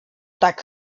tak